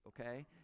Okay